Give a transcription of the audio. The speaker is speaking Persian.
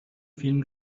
فیلم